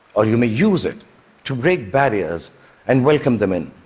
or you may use it to break barriers and welcome them in.